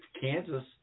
Kansas